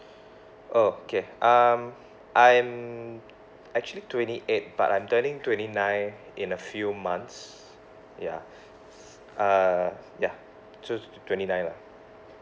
okay um I'm actually twenty eight but I'm turning twenty nine in a few months ya uh ya choose twenty nine lah